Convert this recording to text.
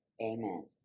Amen